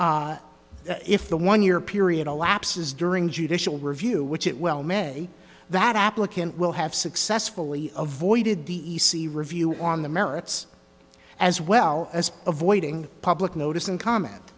if the one year period elapses during judicial review which it well may that applicant will have successfully avoided the e c review on the merits as well as avoiding public notice and comment